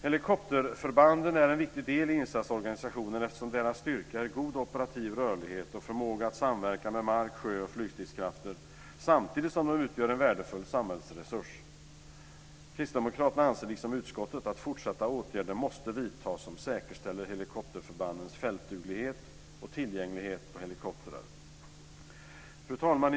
Helikopterförbanden är en viktig del i insatsorganisationen eftersom deras styrka är god operativ rörlighet och förmåga att samverka med mark, sjö och flygstridskrafter samtidigt som de utgör en värdefull samhällsresurs. Kristdemokraterna anser liksom utskottet att fortsatta åtgärder måste vidtas som säkerställer helikopterförbandens fältduglighet och tillgänglighet på helikoptrar. Fru talman!